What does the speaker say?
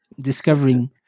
discovering